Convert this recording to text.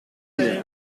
there